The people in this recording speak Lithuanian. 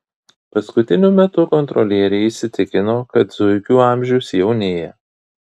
paskutiniu metu kontrolieriai įsitikino kad zuikių amžius jaunėja